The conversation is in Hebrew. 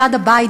ליד הבית,